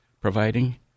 providing